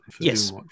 yes